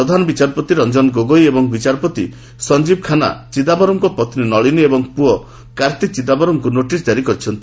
ପ୍ରଧାନ ବିଚାରପତି ରଞ୍ଜନ ଗୋଗୋଇ ଏବଂ ବିଚାରପତି ସଞ୍ଜିବ୍ ଖାନ୍ନା ଚିଦାୟରଙ୍କ ପତ୍ନୀ ନଳିନୀ ଏବଂ ପୁଅ କାର୍ଭି ଚିଦାୟରମ୍ଙ୍କୁ ନୋଟିସ୍ ଜାରି କରିଛନ୍ତି